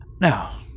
Now